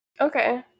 okay